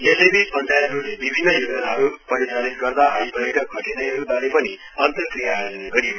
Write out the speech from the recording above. यसैवीच पञ्चायतहरूले विभिन्न योजनाहरू परिचालित गर्दा आइपरेका कठिनाईहरू बारे पनि अन्तर्क्रिया आयोजना गरियो